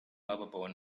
upon